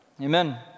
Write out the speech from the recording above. Amen